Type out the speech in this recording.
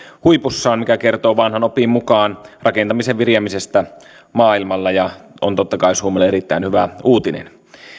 huipussaan mikä kertoo vanhan opin mukaan rakentamisen viriämisestä maailmalla ja on totta kai suomelle erittäin hyvä uutinen